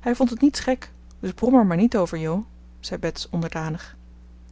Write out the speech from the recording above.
hij vond het niets gek dus brom er maar niet over jo zei bets onderdanig